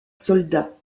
soldat